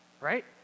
right